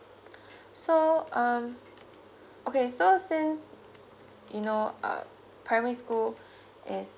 so um okay so since you know uh primary school is